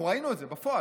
אנחנו ראינו את זה בפועל.